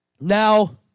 Now